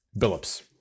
Billups